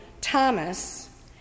Thomas